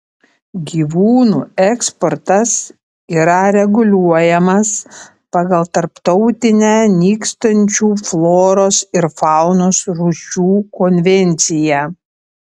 gyvūnų eksportas yra reguliuojamas pagal tarptautinę nykstančių floros ir faunos rūšių konvenciją